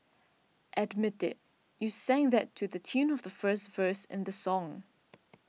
admit it you sang that to the tune of the first verse in the song